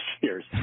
years